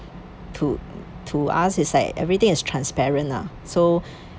to to us is like everything is transparent lah so